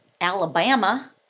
Alabama